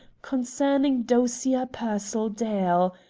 concerning dosia pearsall dale.